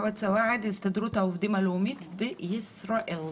מוחמד סואעד מהסתדרות העובדים הלאומית בישראל.